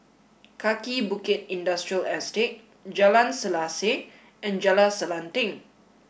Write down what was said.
Kaki Bukit Industrial Estate Jalan Selaseh and Jalan Selanting